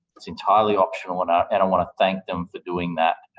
it's entirely optional, and i and and want to thank them for doing that,